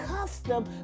custom